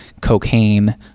cocaine